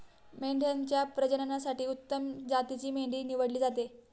मेंढ्यांच्या प्रजननासाठी उत्तम जातीची मेंढी निवडली जाते